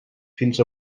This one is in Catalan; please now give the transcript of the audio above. fins